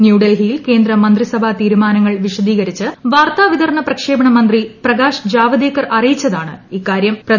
ന്യൂഡൽഹിയിൽ കേന്ദ്ര മന്ത്രിസഭാ തീരുമാനങ്ങൾ വിശദീകരിച്ച് വാർത്താ വിതരണ പ്രക്ഷേപണ മന്ത്രി പ്രകാശ് ജാവദേക്കർ അറിയിച്ചതാണ്ട് ഇക്കാര്യം